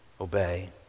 obey